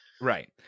Right